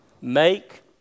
Make